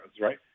right